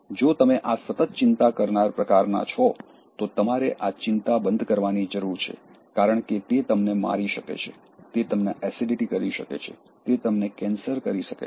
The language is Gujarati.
જો તમે આ સતત ચિંતા કરનાર પ્રકારના છો તો તમારે આ ચિંતા બંધ કરવાની જરૂર છે કારણ કે તે તમને મારી શકે છે તે તમને એસિડિટી કરી શકે છે તે તમને કેન્સર કરી શકે છે